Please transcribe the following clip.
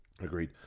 agreed